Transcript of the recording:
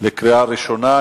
קריאה ראשונה.